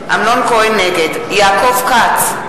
נגד יעקב כץ,